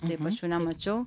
taip aš jau nemačiau